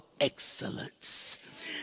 excellence